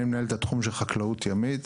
אני מנהל את התחום של חקלאות ימית,